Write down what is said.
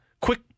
Quick